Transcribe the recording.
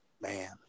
man